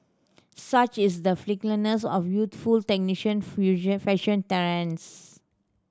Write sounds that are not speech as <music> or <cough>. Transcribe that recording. such is the fickleness of youthful <unintelligible> fashion <unintelligible>